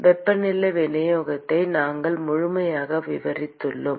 வெப்பநிலை விநியோகத்தை நாம்முழுமையாக விவரித்துள்ளோம்